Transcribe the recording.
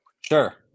sure